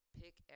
pick